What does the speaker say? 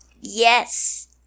Yes